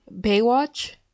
Baywatch